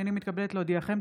הינני מתכבדת להודיעכם,